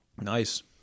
Nice